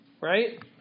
right